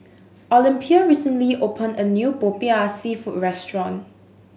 Olympia recently opened a new Popiah Seafood restaurant